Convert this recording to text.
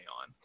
on